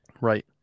Right